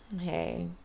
hey